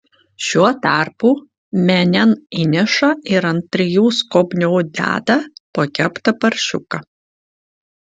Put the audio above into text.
šiuo tarpu menėn įneša ir ant trijų skobnių deda po keptą paršiuką